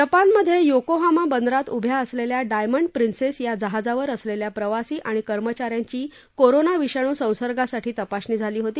जपानमध्ये योकोहामा बंदरात उभ्या असलेल्या डायमंड प्रिन्सेस या जहाजावर असलेल्या प्रवासी आणि कर्मचाऱ्यांची कोरोना विषाणु संसर्गासाठी तपासणी झाली होती